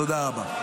תודה רבה.